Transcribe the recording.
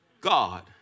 God